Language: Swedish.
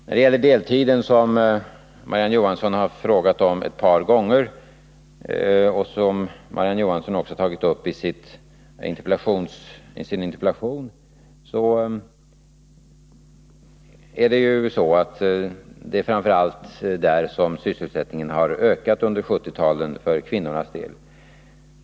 När det gäller deltiden, som Marie-Ann Johansson ett par gånger har frågat om och som hon också har tagit upp i sin interpellation, är det ju så att det framför allt är där som sysselsättningen har ökat under 1970-talet för kvinnornas del.